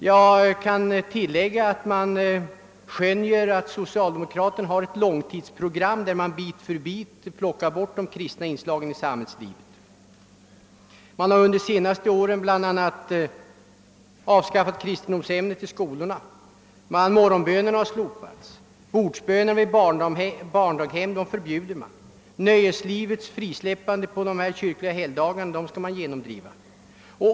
Jag tycker mig skönja att socialdemokraterna har ett långtidsprogram, där de bit för bit plockar bort de kristna inslagen i samhällslivet. Under de senaste åren har man bl.a. avskaffat kristendomsämnet i skolorna. Morgonbönen har slopats och man förbjuder bordsbönen i barndaghemmen. Man vill genomdriva nöjeslivets frisläppande på ifrågavarande helgdagar.